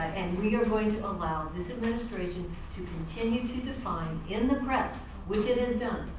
and we are going to allow this administration to continue to define in the press, which it has done,